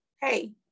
hey